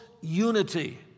unity